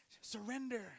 surrender